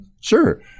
sure